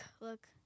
look